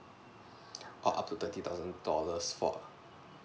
oo up to thirty thousand dollars for